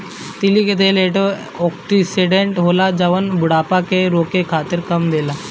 तीली के तेल एंटी ओक्सिडेंट होला जवन की बुढ़ापा के रोके में काम देला